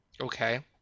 Okay